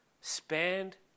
Spend